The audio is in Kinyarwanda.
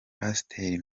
pasiteri